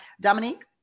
Dominique